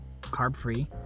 carb-free